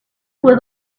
was